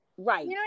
Right